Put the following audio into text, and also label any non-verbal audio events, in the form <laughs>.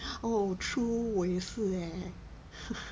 oh true 我也是 eh <laughs>